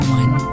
one